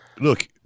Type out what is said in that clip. look